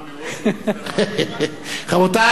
רבותי,